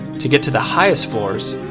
to get to the highest floors,